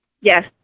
Yes